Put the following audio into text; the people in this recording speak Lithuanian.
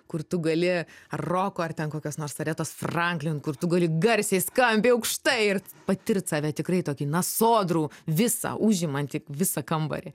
kur tu gali roko ar ten kokios nors retos franklin kur tu gali garsiai skambiai aukštai ir patirt save tikrai tokį na sodrų visą užimantį visą kambarį